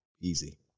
easy